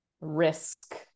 risk